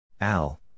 Al